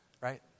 right